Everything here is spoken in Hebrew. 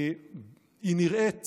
היא נראית